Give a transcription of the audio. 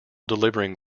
delivering